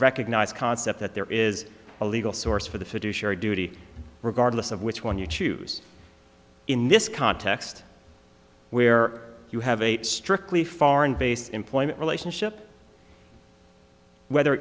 recognized concept that there is a legal source for the fiduciary duty regardless of which one you choose in this context where you have a strictly foreign based employment relationship whether